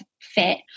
fit